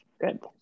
good